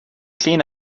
clean